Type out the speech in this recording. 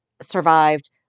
survived